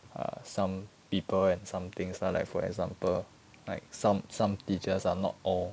err some people and some things lah like for example like some some teachers ah not all